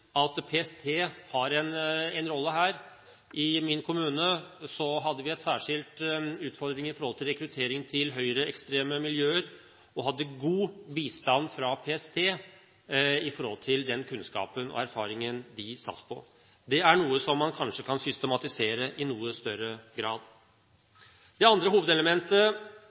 at PST har en rolle her. I min kommune hadde vi en særskilt utfordring med rekruttering til høyreekstreme miljøer og hadde god bistand fra PST, ut fra den kunnskapen og erfaringen de satt på. Dette er noe som man kanskje kan systematisere i noe større grad. Det andre hovedelementet